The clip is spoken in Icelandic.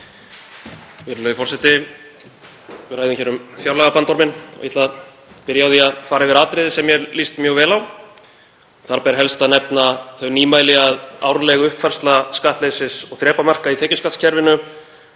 SPEECH_BEGIN Forseti. Við ræðum hér um fjárlagabandorminn og ég ætla að byrja á því að fara yfir atriði sem mér líst mjög vel á. Þar ber helst að nefna þau nýmæli að árleg uppfærsla skattleysis- og þrepamarka í tekjuskattskerfinu